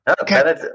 Okay